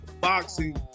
boxing